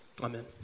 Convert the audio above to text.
Amen